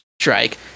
strike